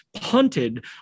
punted